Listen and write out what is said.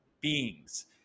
beings